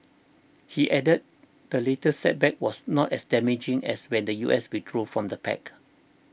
he added the latest setback was not as damaging as when the U S withdrew from the pact